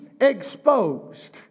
exposed